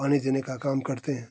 पानी देने के काम करते है